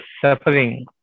suffering